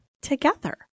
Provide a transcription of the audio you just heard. together